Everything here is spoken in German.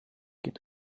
geht